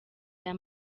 aya